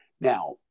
now